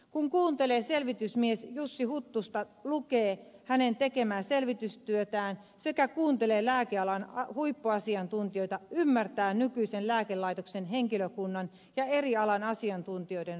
kun kuuntelee selvitysmies jussi huttusta lukee hänen tekemäänsä selvitystyötään sekä kuuntelee lääkealan huippuasiantuntijoita ymmärtää nykyisen lääkelaitoksen henkilökunnan ja eri alan asiantuntijoiden reaktion